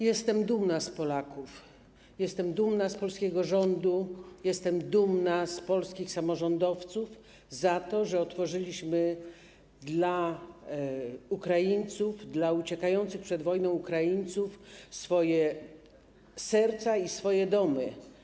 Jestem dumna z Polaków, jestem dumna z polskiego rządu, jestem dumna z polskich samorządowców, że otworzyliśmy dla Ukraińców, dla uciekających przed wojną Ukraińców swoje serca i swoje domy.